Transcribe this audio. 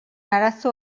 arazo